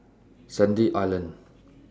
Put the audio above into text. Sandy Island